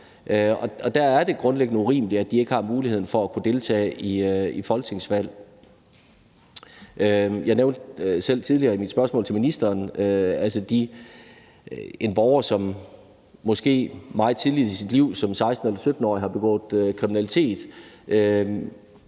Der er det grundlæggende urimeligt, at de ikke har muligheden for at kunne deltage i folketingsvalg. Jeg nævnte selv tidligere i mit spørgsmål til ministeren, at en borger, som måske meget tidligt i sit liv, som 16- eller 17-årig, har begået kriminalitet,